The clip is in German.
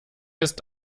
ist